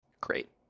Great